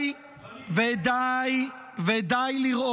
גם אם תראה.